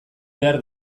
behar